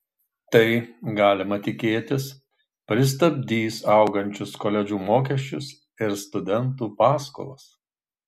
tai galima tikėtis pristabdys augančius koledžų mokesčius ir studentų paskolas